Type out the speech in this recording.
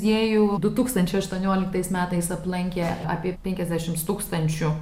du tūkstančiai aštuonioliktais metais aplankė apie penkisdešimt tūkstančių